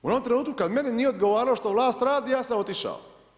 U onom trenutku kad meni nije odgovaralo šta vlast radi, ja sam otišao.